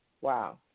wow